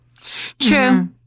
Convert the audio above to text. True